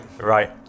Right